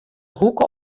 hoeke